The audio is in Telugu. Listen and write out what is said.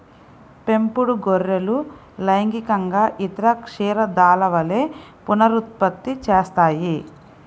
పెంపుడు గొర్రెలు లైంగికంగా ఇతర క్షీరదాల వలె పునరుత్పత్తి చేస్తాయి